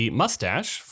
mustache